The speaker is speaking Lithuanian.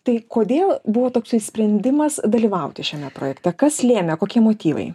tai kodėl buvo toksai sprendimas dalyvauti šiame projekte kas lėmė kokie motyvai